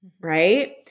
Right